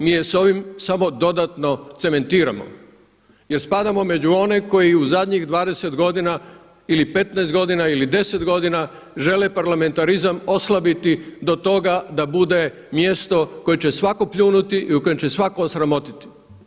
Mi je s ovim samo dodatno cementiramo jer spadamo među one koji u zadnjih 20 godina ili 15 godina ili 10 godina žele parlamentarizam oslabiti do toga da bude mjesto koje će svako pljunuti i koje će svatko osramotiti.